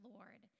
Lord